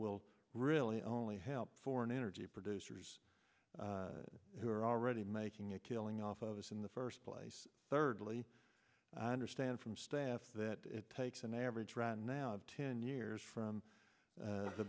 will really only help foreign energy producers who are already making a killing off of this in the first place thirdly i understand from staff that it takes an average run now of ten years from the